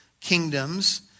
kingdoms